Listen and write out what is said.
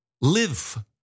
live